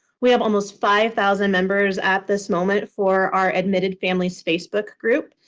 we have almost five thousand members at this moment for our admitted families facebook group.